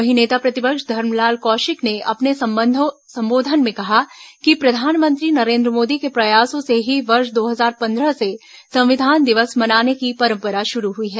वहीं नेता प्रतिपक्ष धरमलाल कौशिक ने अपने संबोधन में कहा कि प्रधानमंत्री नरेन्द्र मोदी के प्रयासों से ही वर्ष दो हजार पंद्रह से संविधान दिवस मनाने की परंपरा शुरू हुई है